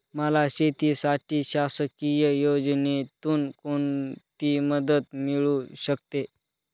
मला शेतीसाठी शासकीय योजनेतून कोणतीमदत मिळू शकते?